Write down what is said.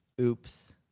Oops